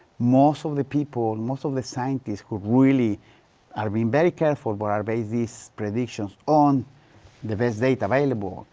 most of the people, most of the scientists who really are being very careful but are base these predictions on the best data available,